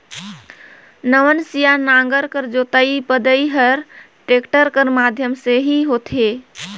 नवनसिया नांगर कर जोतई फदई हर टेक्टर कर माध्यम ले ही होथे